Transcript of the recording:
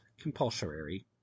Compulsory